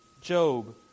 Job